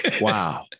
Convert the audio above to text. Wow